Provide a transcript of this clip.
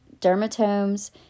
Dermatomes